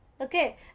okay